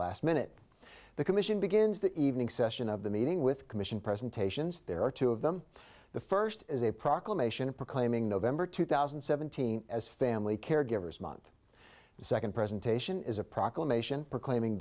last minute the commission begins the evening session of the meeting with commission presentations there are two of them the first is a proclamation proclaiming november two thousand and seventeen as family caregivers month second presentation is a proclamation proclaiming